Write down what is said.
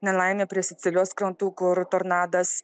nelaimė prie sicilijos krantų kur tornadas